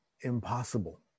impossible